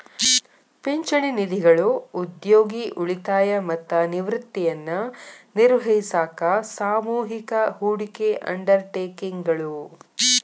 ಪಿಂಚಣಿ ನಿಧಿಗಳು ಉದ್ಯೋಗಿ ಉಳಿತಾಯ ಮತ್ತ ನಿವೃತ್ತಿಯನ್ನ ನಿರ್ವಹಿಸಾಕ ಸಾಮೂಹಿಕ ಹೂಡಿಕೆ ಅಂಡರ್ ಟೇಕಿಂಗ್ ಗಳು